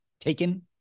taken